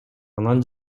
анан